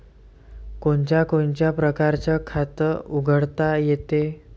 कोनच्या कोनच्या परकारं खात उघडता येते?